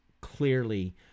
clearly